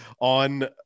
on